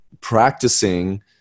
practicing